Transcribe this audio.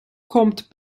kommt